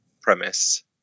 premise